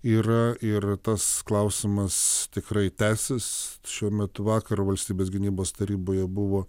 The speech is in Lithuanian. yra ir tas klausimas tikrai tęsis šiuo metu vakar valstybės gynybos taryboje buvo